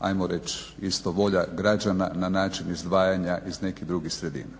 hajmo reć isto volja građana na način izdvajanja iz nekih drugih sredina.